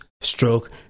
stroke